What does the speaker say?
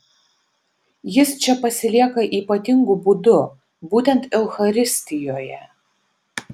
jis čia pasilieka ypatingu būdu būtent eucharistijoje